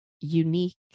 unique